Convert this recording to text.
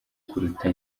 kuruta